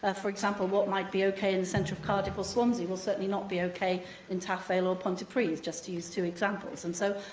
ah for example, what might be okay in the centre of cardiff or swansea will certainly not be okay in taff vale or pontypridd, just to use two examples. and so,